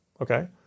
Okay